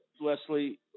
Leslie